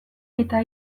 eta